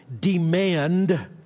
demand